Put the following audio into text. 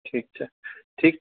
ठीक छै ठीक